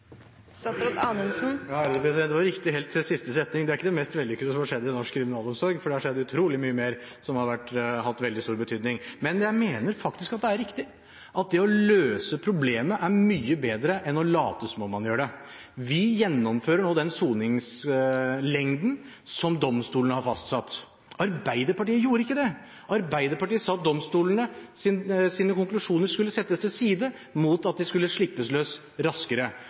norsk kriminalomsorg, for det har skjedd utrolig mye mer som har hatt veldig stor betydning. Men jeg mener faktisk at dette er riktig – at det å løse problemet er mye bedre enn å late som at man gjør det. Vi gjennomfører nå den soningslengden som domstolene har fastsatt. Arbeiderpartiet gjorde ikke det. Arbeiderpartiet sa at domstolenes konklusjoner skulle settes til side og at man skulle slippes løs raskere.